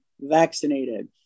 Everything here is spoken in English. vaccinated